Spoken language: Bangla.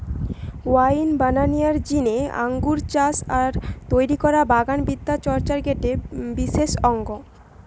ওয়াইন বানানিয়ার জিনে আঙ্গুর চাষ আর তৈরি করা বাগান বিদ্যা চর্চার গটে বিশেষ অঙ্গ